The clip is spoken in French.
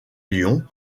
lyon